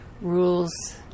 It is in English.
rules